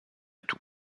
tout